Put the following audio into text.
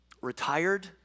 retired